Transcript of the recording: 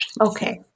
Okay